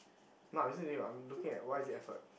now I'm listening to you I'm looking at why is it effort